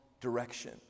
direction